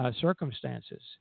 circumstances